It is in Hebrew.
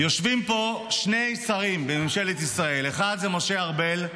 יושבים פה שני שרים בממשלת ישראל: האחד זה משה ארבל,